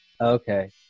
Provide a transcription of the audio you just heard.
Okay